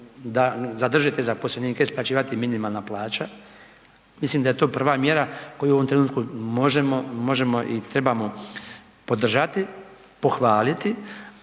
da zadrže te zaposlenike, isplaćivati minimalna plaća, mislim da je to prva mjera koja u ovom trenutku možemo i trebamo podržati, pohvaliti